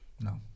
no